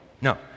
No